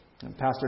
Pastor